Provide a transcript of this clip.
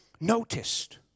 noticed